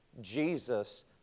Jesus